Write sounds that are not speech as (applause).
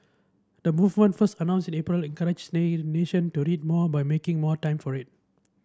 the movement first announced in April encourage (unintelligible) the nation to read more by making more time for it